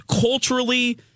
culturally